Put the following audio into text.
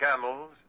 Camels